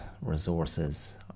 resources